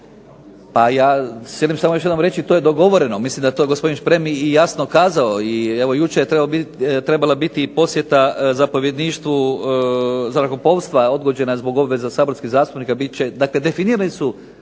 Pa ja mogu reći da je to dogovoreno, mislim da je to gospodin Šprem jasno i kazao. Evo jučer je trebala biti posjeta zapovjedništvu zrakoplovstva, odgođena je zbog obveza saborskih zastupnika. Dakle, definirani su